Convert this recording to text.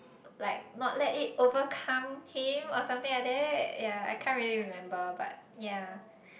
like not let it overcome him or something like that yea I can't really remember but yea